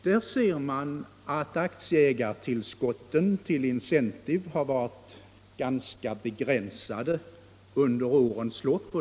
Där ser man att aktieägartillskotten till Incentive har varit ganska begränsade under årens lopp.